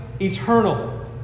eternal